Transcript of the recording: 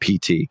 pt